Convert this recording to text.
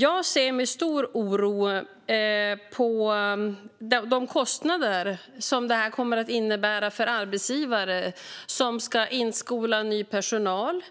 Jag ser med stor oro på de kostnader som detta kommer att innebära för arbetsgivare som ska skola in ny personal